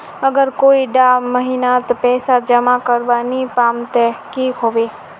अगर कोई डा महीनात पैसा जमा करवा नी पाम ते की होबे?